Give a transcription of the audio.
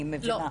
אני מבינה.